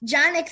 John